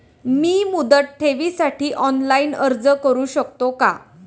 मी मुदत ठेवीसाठी ऑनलाइन अर्ज करू शकतो का?